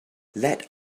let